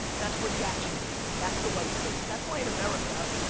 that's where the action is, that's the white space. that's why in america,